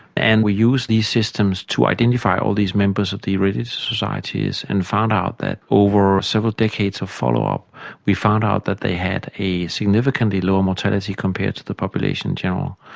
and we use these systems to identify all these members of the religious societies and found out that, over several decades of follow-up we found out that they had a significantly lower mortality compared to the population in general.